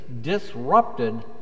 disrupted